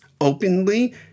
openly